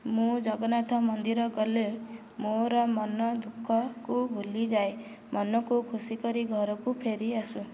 ମୁଁ ଜଗନ୍ନାଥ ମନ୍ଦିର ଗଲେ ମୋର ମନ ଦୁଃଖକୁ ଭୁଲିଯାଏ ମନକୁ ଖୁସି କରି ଘରକୁ ଫେରି ଆସୁ